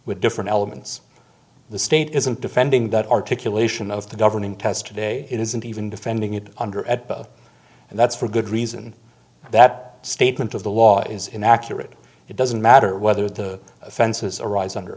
with different elements the state isn't defending that articulation of the governing test today it isn't even defending it under at both and that's for good reason that statement of the law is inaccurate it doesn't matter whether the offenses arise under